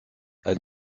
elle